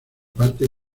parte